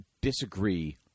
Disagree